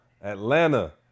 Atlanta